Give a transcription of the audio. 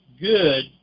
good